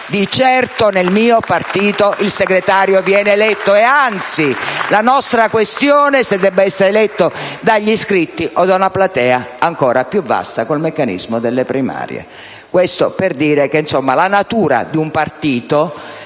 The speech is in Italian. Di certo nel mio partito il segretario viene eletto. Anzi, la nostra questione è se debba essere eletto dagli iscritti o da una platea ancora più vasta, con il meccanismo delle primarie. Questo, per dire che la natura di un partito